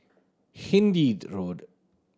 Hindhede Road